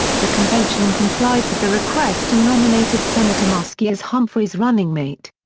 the convention complied with the request and nominated senator muskie as humphrey's running mate.